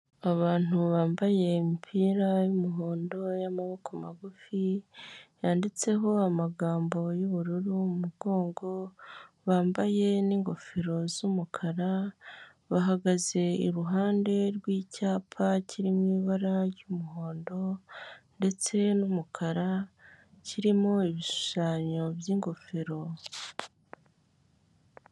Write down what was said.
Abantu bambaye imipira y'umuhondo, y'amaboko magufi, yanditseho amagambo y'ubururu mu mugongo, bambaye n'ingofero z'umukara, bahagaze iruhande rw'icyapa kiri mu ibara ry'umuhondo, ndetse n'umukara, kirimo ibishushanyo by'ingofero.